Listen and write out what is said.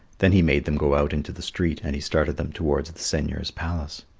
then he made them go out into the street, and he started them towards the seigneur's palace.